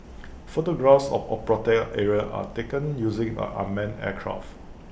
photographs of A protected area are taken using A unmanned aircraft